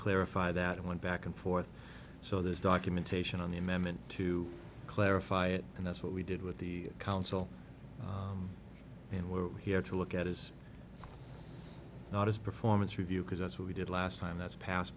clarify that and went back and forth so there's documentation on the amendment to clarify it and that's what we did with the council and we're here to look at is not his performance review because that's what we did last time that's passed